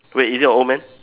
wait is it a old man